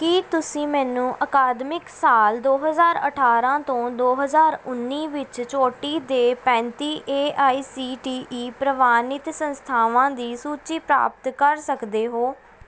ਕੀ ਤੁਸੀਂ ਮੈਨੂੰ ਅਕਾਦਮਿਕ ਸਾਲ ਦੋ ਹਜ਼ਾਰ ਅਠਾਰ੍ਹਾਂ ਤੋਂ ਹਜ਼ਾਰ ਉੱਨੀ ਵਿੱਚ ਚੋਟੀ ਦੇ ਪੈਂਤੀ A I C T E ਪ੍ਰਵਾਨਿਤ ਸੰਸਥਾਵਾਂ ਦੀ ਸੂਚੀ ਪ੍ਰਾਪਤ ਕਰ ਸਕਦੇ ਹੋ